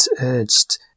urged